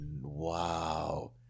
wow